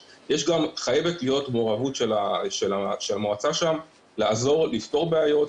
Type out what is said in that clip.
חייבת להיות מעורבות של המועצה שם לעזור לפתור בעיות.